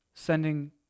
sending